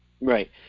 right